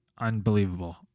unbelievable